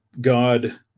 God